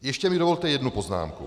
Ještě mi dovolte jednu poznámku.